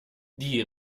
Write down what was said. die